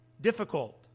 difficult